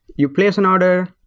you place an order,